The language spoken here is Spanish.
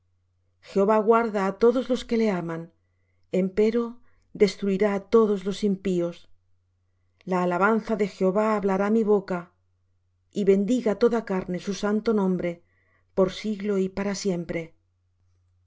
jehová guarda á todos los que le aman empero destruirá á todos los impíos la alabanza de jehová hablará mi boca y bendiga toda carne su santo nombre por siglo y para siempre